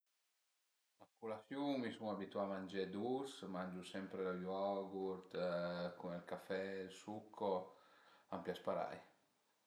A culasiun mi sun abituà a mangé dus, mangiu sempre ël yogurt cun ël café e ël succo, a m'pias parei